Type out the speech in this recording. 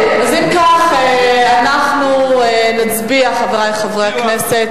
אז אם כך, אנחנו נצביע, חברי חברי הכנסת.